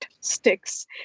sticks